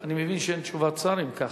אני מבין שאין תשובת שר, אם ככה.